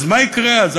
מה יקרה אז?